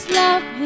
love